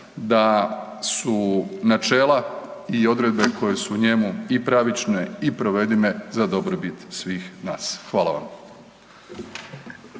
da su načela i odredbe koje su u njemu i pravične i provedive za dobrobit svih nas. Hvala vam.